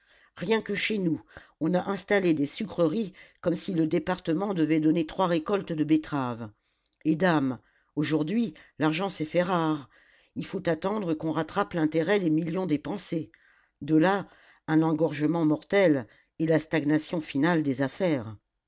rien que chez nous on a installé des sucreries comme si le département devait donner trois récoltes de betteraves et dame aujourd'hui l'argent s'est fait rare il faut attendre qu'on rattrape l'intérêt des millions dépensés de là un engorgement mortel et la stagnation finale des affaires